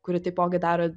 kuri taipogi daro